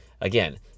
again